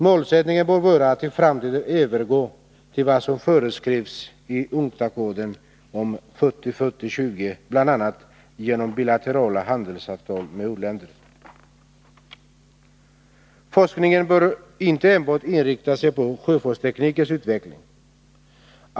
Målsättningen bör vara att i framtiden övergå till vad som föreskrivits i UNCTAD-koden om 40-40-20, bl.a. genom bilaterala handelsavtal med u-länder. Forskningen bör inte enbart inrikta sig på sjöfartsteknikens utveckling.